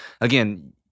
again